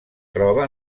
troba